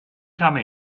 come